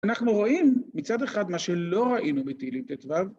‫אנחנו רואים מצד אחד ‫מה שלא ראינו בתהילים ט"ו